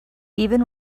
even